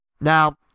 Now